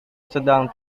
sedang